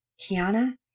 Kiana